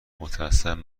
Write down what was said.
متاسفم